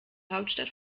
hauptstadt